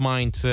Mind